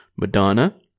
Madonna